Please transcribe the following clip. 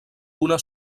una